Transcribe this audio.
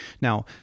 Now